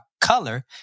color